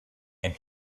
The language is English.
and